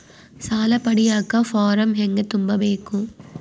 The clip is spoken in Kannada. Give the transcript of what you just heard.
ಸಾಲ ಪಡಿಯಕ ಫಾರಂ ಹೆಂಗ ತುಂಬಬೇಕು?